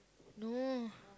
no